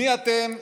מי אתם,